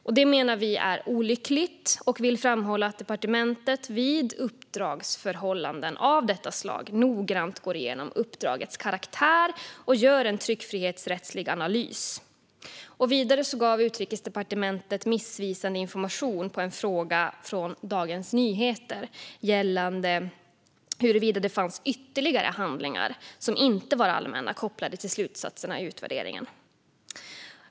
Vi menar att detta är olyckligt och vill framhålla att departementet vid uppdragsförhållanden av detta slag noggrant bör gå igenom uppdragets karaktär och göra en tryckfrihetsrättslig analys. Vidare gav Utrikesdepartementet missvisande information på en fråga från Dagens Nyheter gällande huruvida det fanns ytterligare handlingar som inte var allmänna kopplade till slutsatserna i utvärderingen.